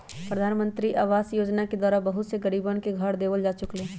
प्रधानमंत्री आवास योजना के द्वारा बहुत से गरीबन के घर देवल जा चुक लय है